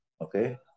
okay